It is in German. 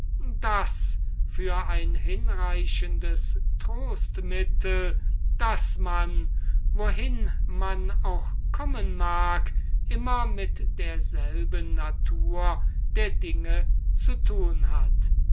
das für ein hinreichendes trostmittel daß man wohin man auch kommen mag immer mit derselben natur der dinge zu thun hat